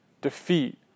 defeat